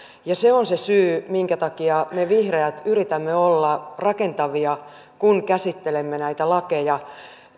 ja se on se syy minkä takia me vihreät yritämme olla rakentavia kun käsittelemme näitä lakeja